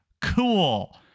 Cool